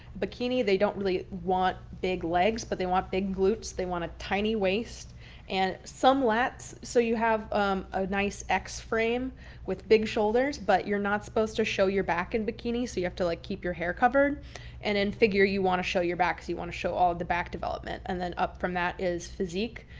bikini, they don't really want big legs but they want big glutes. they want a tiny waist and some laps. so you have a nice x-frame with big shoulders, but you're not supposed to show your back in bikini. so you have to like keep your hair covered and in figure you want to show your back. so you want to show all the back development. and then up from that is physique.